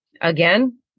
Again